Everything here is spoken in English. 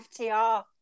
FTR